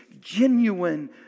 genuine